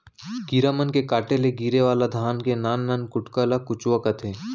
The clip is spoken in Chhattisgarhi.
कीरा मन के काटे ले गिरे वाला धान के नान नान कुटका ल कुचवा कथें